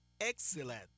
Excellent